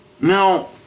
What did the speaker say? Now